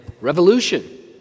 revolution